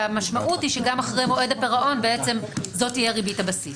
שהמשמעות היא שגם אחרי מועד הפירעון בעצם זאת תהיה ריבית הבסיס.